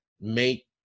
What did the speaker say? make